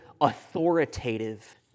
authoritative